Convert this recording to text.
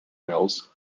mills